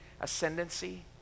ascendancy